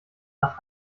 nach